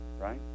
right